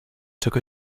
took